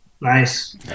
Nice